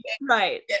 right